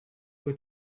were